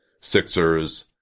Sixers